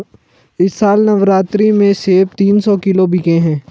इस साल नवरात्रि में सेब तीन सौ किलो बिके हैं